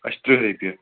اَسہِ چھِ ترٕٛہ رۄپیہِ